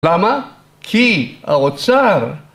למה? כי! האוצר